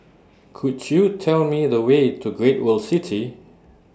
Could YOU Tell Me The Way to Great World City